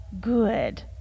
good